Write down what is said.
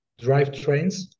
drivetrains